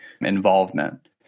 involvement